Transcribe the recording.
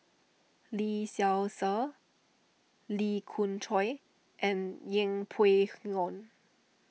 Lee Seow Ser Lee Khoon Choy and Yeng Pway Ngon